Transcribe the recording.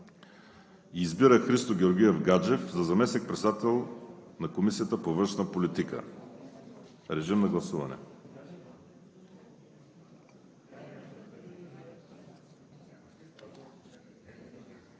Избира Христо Георгиев Гаджев за заместник-председател Комисията по външна политика.“ Моля, режим на гласуване.